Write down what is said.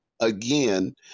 Again